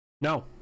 No